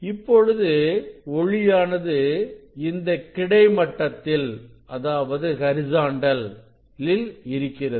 இப்பொழுது ஒளியானது வருகிறது இது கிடை மட்டத்தில் இருக்கிறது